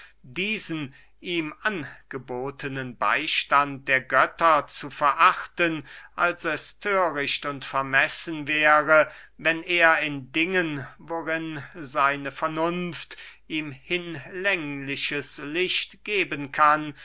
diesen ihm angebotenen beystand der götter zu verachten als es thöricht und vermessen wäre wenn er in dingen worin seine vernunft ihm hinlängliches licht geben kann